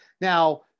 now